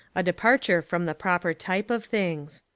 a departure from the proper type of things.